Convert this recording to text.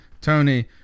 Tony